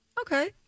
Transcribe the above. Okay